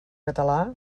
català